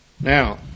Now